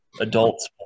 adults